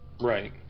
Right